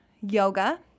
yoga